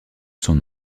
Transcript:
son